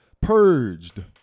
purged